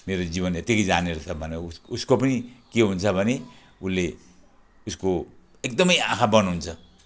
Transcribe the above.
मेरो जीवन यत्तिकै जाने रहेछ भनेर ऊ उसको पनि के हुन्छ भने उसले उसको एकदमै आँखा बन्द हुन्छ